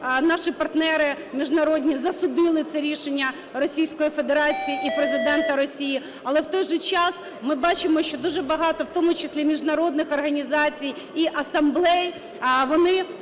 Наші партнери міжнародні засудили це рішення Російської Федерації і Президента Росії, але в той же час ми бачимо, що дуже багато, в тому числі міжнародних, організацій і асамблей, вони